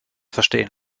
verstehen